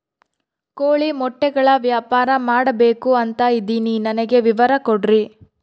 ಕೋಳಿ ಮೊಟ್ಟೆಗಳ ವ್ಯಾಪಾರ ಮಾಡ್ಬೇಕು ಅಂತ ಇದಿನಿ ನನಗೆ ವಿವರ ಕೊಡ್ರಿ?